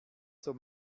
zur